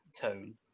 tone